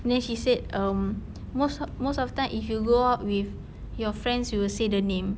then she said um most most of the time if you go out with your friends you will say the name